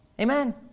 Amen